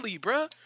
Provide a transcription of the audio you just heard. bro